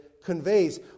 Conveys